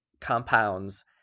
compounds